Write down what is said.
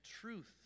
truth